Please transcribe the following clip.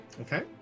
Okay